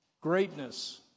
greatness